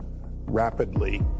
rapidly